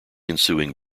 ensuing